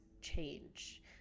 change